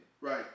Right